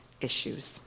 issues